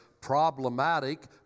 problematic